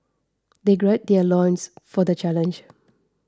they gird their loins for the challenge